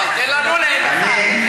תנו לי ליהנות.